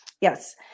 Yes